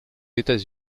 états